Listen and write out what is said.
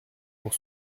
pour